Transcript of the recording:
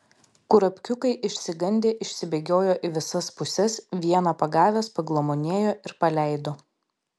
kurapkiukai išsigandę išsibėgiojo į visas puses vieną pagavęs paglamonėjo ir paleido